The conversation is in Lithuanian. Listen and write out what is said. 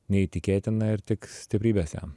neįtikėtina ir tik stiprybės jam